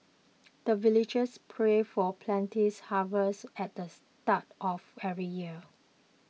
the villagers pray for plenty's harvest at the start of every year